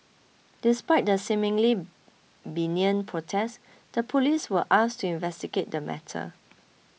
despite the seemingly benign protest the police were asked to investigate the matter